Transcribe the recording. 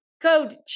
code